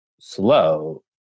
slow